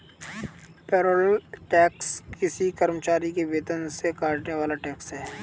payroll tax किसी कर्मचारी के वेतन से कटने वाला टैक्स है